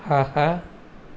ஆஹா